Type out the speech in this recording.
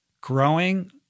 growing